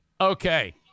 Okay